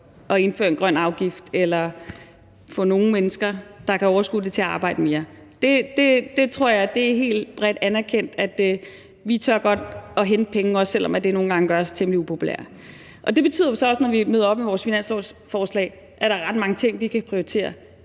at indføre en grøn afgift eller få nogle mennesker, der kan overskue det, til at arbejde mere. Det tror jeg er helt bredt anerkendt, at vi godt tør hente penge, også selv om det nogle gange gør os temmelig upopulære. Det betyder jo så også, når vi møder op med vores finanslovsforslag, at der er ret mange ting, vi kan prioritere,